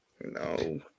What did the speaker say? No